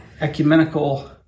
ecumenical